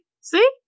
See